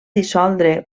dissoldre